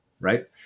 right